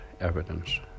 evidence